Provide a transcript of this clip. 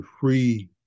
free